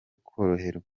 koroherwa